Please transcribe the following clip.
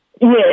Yes